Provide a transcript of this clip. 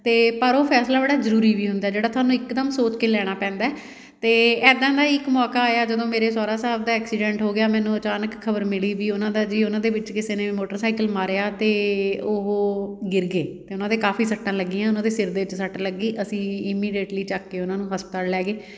ਅਤੇ ਪਰ ਉਹ ਫੈਸਲਾ ਬੜਾ ਜ਼ਰੂਰੀ ਵੀ ਹੁੰਦਾ ਜਿਹੜਾ ਤੁਹਾਨੂੰ ਇੱਕਦਮ ਸੋਚ ਕੇ ਲੈਣਾ ਪੈਂਦਾ ਅਤੇ ਇੱਦਾਂ ਦਾ ਇੱਕ ਮੌਕਾ ਆਇਆ ਜਦੋਂ ਮੇਰੇ ਸਹੁਰਾ ਸਾਹਿਬ ਦਾ ਐਕਸੀਡੈਂਟ ਹੋ ਗਿਆ ਮੈਨੂੰ ਅਚਾਨਕ ਖਬਰ ਮਿਲੀ ਵੀ ਉਹਨਾਂ ਦਾ ਜੀ ਉਹਨਾਂ ਦੇ ਵਿੱਚ ਕਿਸੇ ਨੇ ਵੀ ਮੋਟਰਸਾਈਕਲ ਮਾਰਿਆ ਅਤੇ ਉਹ ਗਿਰ ਗਏ ਅਤੇ ਉਹਨਾਂ ਦੇ ਕਾਫੀ ਸੱਟਾਂ ਲੱਗੀਆਂ ਉਹਨਾਂ ਦੇ ਸਿਰ ਦੇ ਵਿੱਚ ਸੱਟ ਲੱਗੀ ਅਸੀਂ ਇਮੀਡੇਟਲੀ ਚੱਕ ਕੇ ਉਹਨਾਂ ਨੂੰ ਹਸਪਤਾਲ ਲੈ ਗਏ